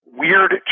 weird